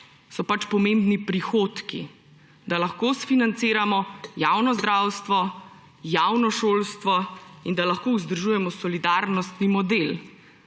so pač pomembni prihodki, da lahko sfinanciramo javno zdravstvo, javno šolstvo in da lahko vzdržujemo solidarnostni model,